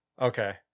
okay